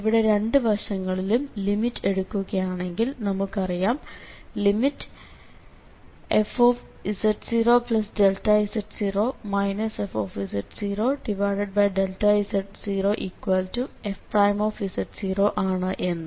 ഇവിടെ രണ്ടു വശങ്ങളിലും ലിമിറ്റ് എടുക്കുകയാണെങ്കിൽ നമുക്കറിയാം limfz0z0 fz0 f ആണ് എന്ന്